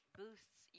boosts